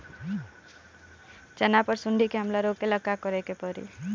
चना पर सुंडी के हमला रोके ला का करे के परी?